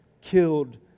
killed